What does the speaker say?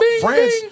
France